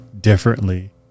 differently